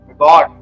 God